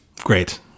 Great